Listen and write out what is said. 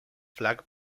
flag